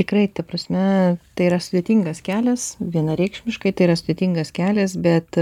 tikrai ta prasme tai yra sudėtingas kelias vienareikšmiškai tai yra sudėtingas kelias bet